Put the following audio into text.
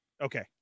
Okay